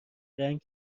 رنگ